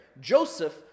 Joseph